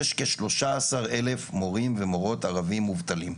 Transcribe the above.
יש כ- 13,000 מורים ומורות מובטלים,